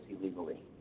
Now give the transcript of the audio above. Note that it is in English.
illegally